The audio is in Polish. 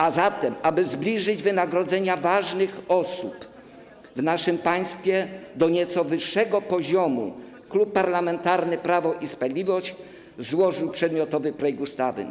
A zatem, aby zbliżyć wynagrodzenia ważnych osób w naszym państwie do nieco wyższego poziomu, Klub Parlamentarny Prawo i Sprawiedliwość złożył przedmiotowy projekt ustawy.